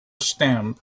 stamp